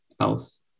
else